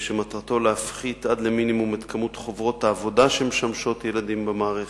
שמטרתו להפחית עד למינימום את מספר חוברות העבודה שמשמשות ילדים במערכת.